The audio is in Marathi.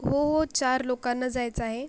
हो हो चार लोकांना जायचं आहे